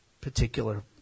particular